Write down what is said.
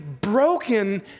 broken